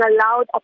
allowed